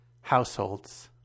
households